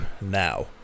now